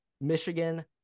michigan